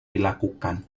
dilakukan